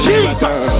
Jesus